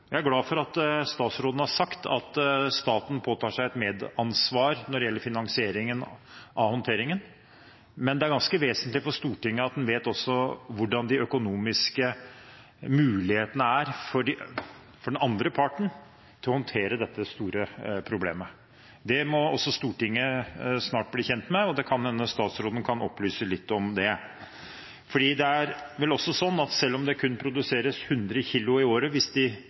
Jeg er glad for at statsråden har sagt at staten påtar seg et medansvar når det gjelder finansieringen av håndteringen, men det er ganske vesentlig for Stortinget at en også vet hvordan de økonomiske mulighetene er for den andre parten til å håndtere dette store problemet. Det må også Stortinget snart bli kjent med, og det kan hende at statsråden kan opplyse litt om det. Det er vel også sånn at selv om det produseres kun 100 kg i året hvis